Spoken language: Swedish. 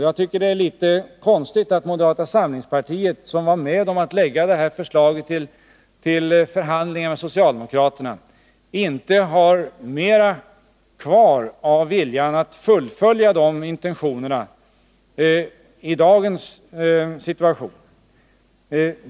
Jag tycker att det är litet konstigt att moderata samlingspartiet, som var med om att lägga fram förslaget till förhandlingar med socialdemokraterna, inte har kvar mera av viljan att fullfölja de intentionerna i dagens situation.